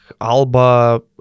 Alba